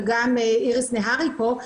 וגם איריס נהרי פה.